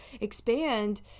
expand